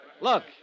Look